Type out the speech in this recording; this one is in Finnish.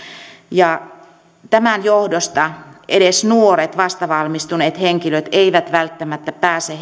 tämän johdosta edes nuoret vasta valmistuneet henkilöt eivät välttämättä pääse